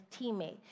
teammate